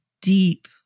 deep